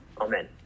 Amen